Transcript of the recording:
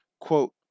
quote